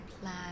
plan